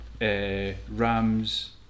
Rams